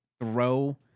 throw